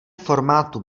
formátu